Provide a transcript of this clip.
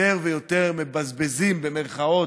יותר ויותר "מבזבזים", במירכאות,